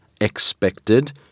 expected